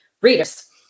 readers